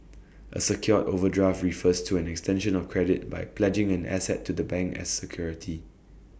A secured overdraft refers to an extension of credit by pledging an asset to the bank as security